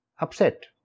upset